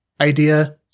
idea